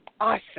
Awesome